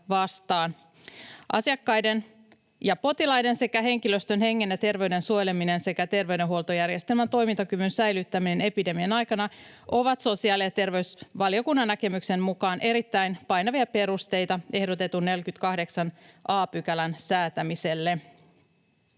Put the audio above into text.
Asiakkaiden ja potilaiden sekä henkilöstön hengen ja terveyden suojeleminen sekä terveydenhuoltojärjestelmän toimintakyvyn säilyttäminen epidemian aikana ovat sosiaali‑ ja terveysvaliokunnan näkemyksen mukaan erittäin painavia perusteita ehdotetun 48 a §:n säätämiselle.